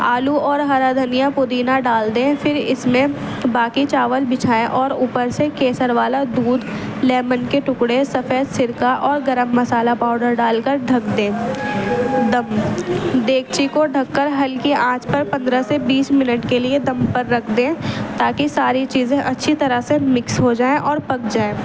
آلو اور ہرا دھنیا پودینہ ڈال دیں پھر اس میں باقی چاول بچھائیں اور اوپر سے کیسر والا دودھ لیمن کے ٹکڑے سفید سرکہ اور گرم مسالہ پاؤڈر ڈال کر ڈھک دیں ڈیگچی کو ڈھک کر ہلکی آنچ پر پندرہ سے بیس منٹ کے لیے دم پر رکھ دیں تاکہ ساری چیزیں اچھی طرح سے مکس ہو جائیں اور پک جائیں